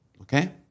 Okay